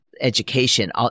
education